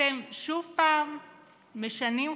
אתם שוב משנים חוקי-יסוד.